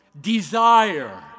desire